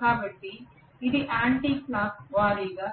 కాబట్టి ఇది యాంటిక్లాక్ వారీగా